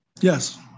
yes